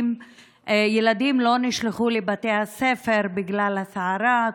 ילדים לא נשלחו לבתי הספר בגלל הסערה,